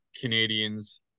Canadians